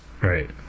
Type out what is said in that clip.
Right